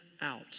out